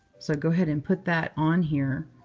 so go ahead and put that on here,